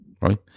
right